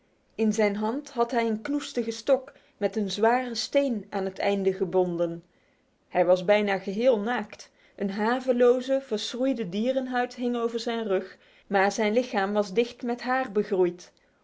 in zijn hand had hij een knoestige stok met een zware steen aan het einde gebonden hij was bijna geheel naakt een haveloze verschroeide dierenhuid hing over zijn rug maar zijn lichaam was dicht met haar begroeid